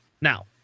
Now